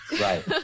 Right